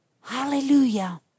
Hallelujah